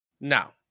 Now